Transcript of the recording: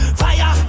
fire